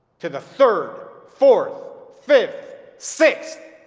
to the third, fourth, fifth, sixth,